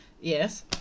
Yes